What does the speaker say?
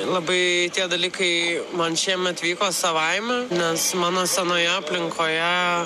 labai tie dalykai man šiemet vyko savaime nes mano senoje aplinkoje